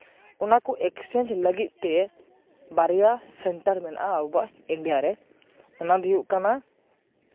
ᱚᱱᱟ ᱠᱚ ᱮᱠᱥᱪᱮᱧᱡᱽ ᱞᱟᱹᱜᱤᱫ ᱛᱮ ᱵᱟᱨᱭᱟ ᱥᱮᱱᱴᱟᱨ ᱢᱮᱱᱟᱜᱼᱟ ᱟᱵᱚᱣᱟᱜ ᱤᱱᱰᱤᱭᱟ ᱨᱮ ᱚᱱᱟ ᱫᱚ ᱦᱩᱭᱩᱜ ᱠᱟᱱᱟ